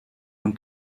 und